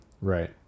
Right